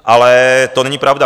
Ale to není pravda.